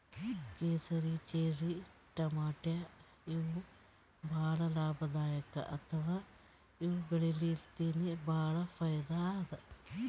ಕೇಸರಿ, ಚೆರ್ರಿ ಟಮಾಟ್ಯಾ ಇವ್ ಭಾಳ್ ಲಾಭದಾಯಿಕ್ ಅಥವಾ ಇವ್ ಬೆಳಿಲಿನ್ತ್ ಭಾಳ್ ಫೈದಾ ಅದಾ